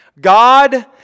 God